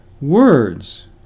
Words